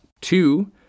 Two